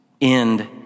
end